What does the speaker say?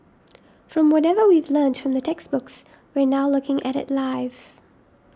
from whatever we've learnt from the textbooks we're now looking at it live